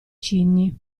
cigni